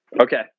Okay